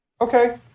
Okay